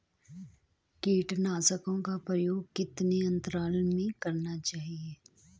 कीटनाशकों का प्रयोग कितने अंतराल में करना चाहिए?